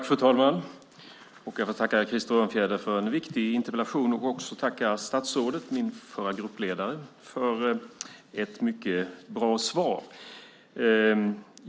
Fru talman! Jag tackar Krister Örnfjäder för en viktig interpellation. Jag vill också tacka statsrådet, min förra gruppledare, för ett mycket bra svar. Fru talman!